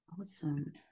Awesome